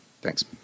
Thanks